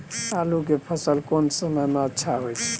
आलू के फसल कोन समय में अच्छा होय छै?